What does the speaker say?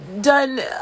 done